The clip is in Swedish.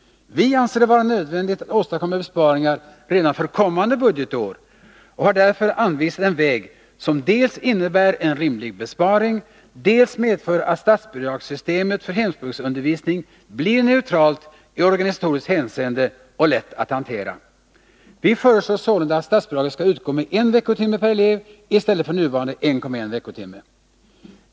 Vi anser det vara nödvändigt att åstadkomma besparingar redan för kommande budgetår och har därför anvisat en väg, som dels innebär en rimlig besparing, dels medför att statsbidragssystemet för hemspråksundervisning blir neutralt i organisatoriskt hänseende och lätt att hantera. Vi föreslår således att statsbidraget skall utgå med 1 veckotimme per elev i stället för nuvarande 1,1 veckotimme.